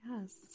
yes